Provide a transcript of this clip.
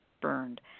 burned